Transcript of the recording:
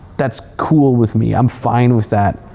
that's cool with me, i'm fine with that.